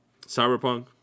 Cyberpunk